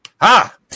ha